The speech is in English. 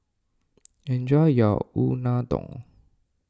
enjoy your Unadon